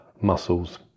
muscles